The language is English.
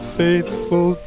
faithful